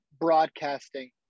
broadcasting